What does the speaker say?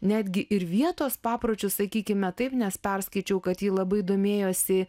netgi ir vietos papročius sakykime taip nes perskaičiau kad ji labai domėjosi